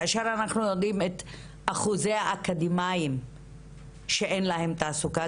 כאשר אנחנו יודעים את אחוזי האקדמאים שאין להם תעסוקה,